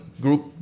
group